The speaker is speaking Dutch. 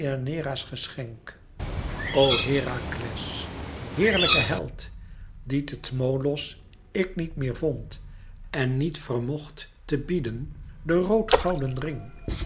deianeira's geschenk o herakles heerlijke held dien te tmolos ik niet meer vond en niet vermocht te bieden den rood gouden ring